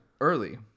early